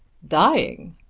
dying!